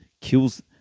kills